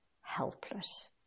helpless